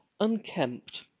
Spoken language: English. unkempt